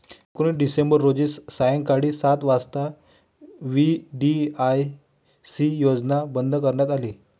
एकोणीस डिसेंबर रोजी सायंकाळी सात वाजता व्ही.डी.आय.सी योजना बंद करण्यात आली